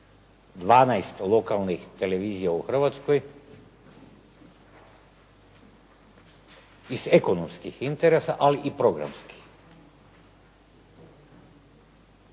12 lokalnih televizija u Hrvatskoj iz ekonomskih interesa, ali i programskih.